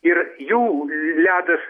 ir jų ledas